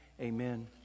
Amen